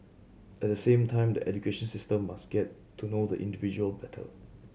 at the same time the education system must get to know the individual better